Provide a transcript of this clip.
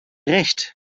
recht